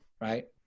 right